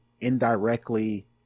indirectly